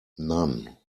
none